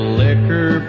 liquor